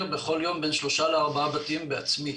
בכל יום בין שלושה לארבעה בתים בעצמי,